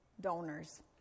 donors